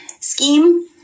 scheme